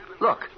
Look